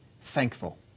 thankful